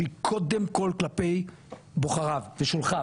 שהיא קודם כל כלפי בוחריו ושולחיו,